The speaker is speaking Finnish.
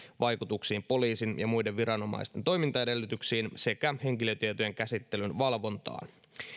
vaikutuksiin poliisin ja muiden viranomaisten toimintaedellytyksiin sekä henkilötietojen käsittelyn valvontaan